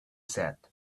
said